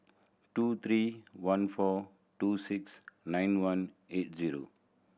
two three one four two six nine one eight zero